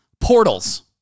portals